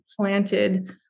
planted